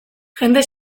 jende